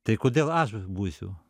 tai kodėl aš būsiu